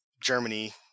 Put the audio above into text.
Germany